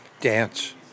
dance